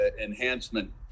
enhancement